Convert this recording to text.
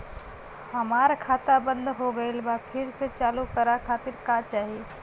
हमार खाता बंद हो गइल बा फिर से चालू करा खातिर का चाही?